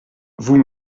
vous